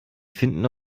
finden